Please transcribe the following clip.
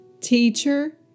Teacher